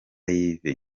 yves